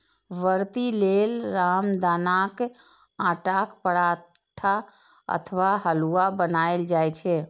व्रती लेल रामदानाक आटाक पराठा अथवा हलुआ बनाएल जाइ छै